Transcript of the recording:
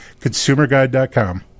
consumerguide.com